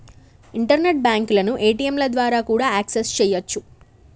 internet బ్యాంకులను ఏ.టీ.యంల ద్వారా కూడా యాక్సెస్ చెయ్యొచ్చు